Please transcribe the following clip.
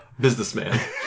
Businessman